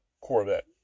Corvette